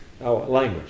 language